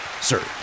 sir